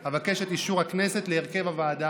אבקש את אישור הכנסת להרכב הוועדה המוצע.